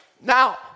Now